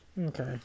Okay